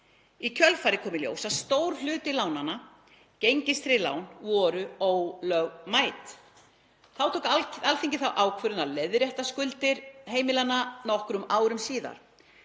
Í kjölfarið kom í ljós að stór hluti lánanna, gengistryggð lán, voru ólögmæt. Þá tók Alþingi þá ákvörðun að leiðrétta skuldir heimilanna nokkrum árum síðar.